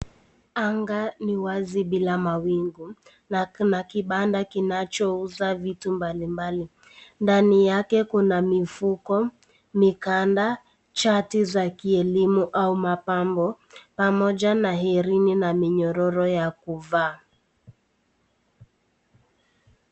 Anga ni wazi bila mawingu na kuna kibanda kinacho uza vitu mbalimbali, ndani yake kuna mifuko, mikanda, chati za kielimu au pambo pamoja na herini na minyororo ya kuvaa.